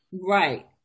Right